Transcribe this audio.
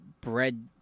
bread